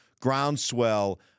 groundswell